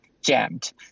jammed